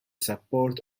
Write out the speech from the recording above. support